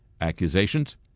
accusations